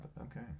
Okay